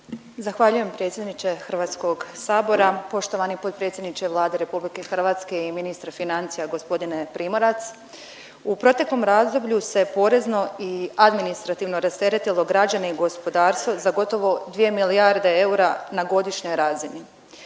Zahvaljujem predsjedniče HS. Poštovani potpredsjedniče Vlade RH i ministre financija g. Primorac, u proteklom razdoblju se porezno i administrativno rasteretilo građane i gospodarstvo za gotovo 2 milijarde eura na godišnjoj razini.